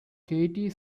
katie